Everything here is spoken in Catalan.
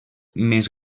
més